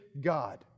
God